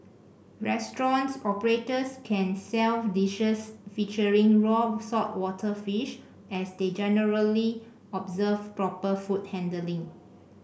restaurant operators can sell dishes featuring raw saltwater fish as they generally observe proper food handling